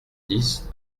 dix